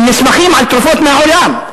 הם נסמכים על תרומות מהעולם.